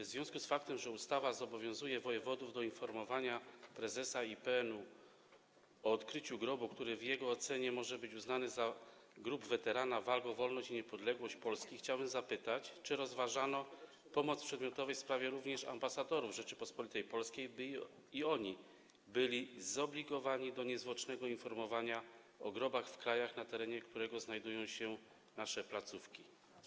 W związku z faktem, że ustawa zobowiązuje wojewodów do informowania prezesa IPN-u o odkryciu grobu, który w jego ocenie może być uznany za grób weterana walk o wolność i niepodległość Polski, chciałbym zapytać, czy rozważano pomoc w przedmiotowej sprawie również ambasadorów Rzeczypospolitej Polskiej, by i oni byli zobligowani do niezwłocznego informowania o grobach w krajach, na terenie których znajdują się nasze placówki.